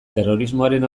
terrorismoaren